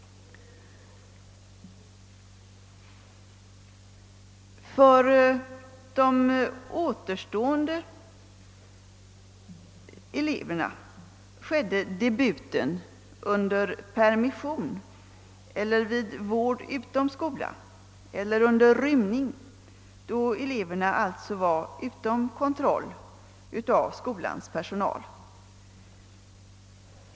För de återstående eleverna skedde debuten under permission eller vid vård utom skolan eller under rymning, då eleverna alltså stått utanför kontroll av skolans personal.